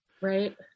Right